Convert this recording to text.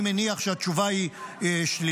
אני מניח שהתשובה היא שלילית.